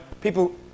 people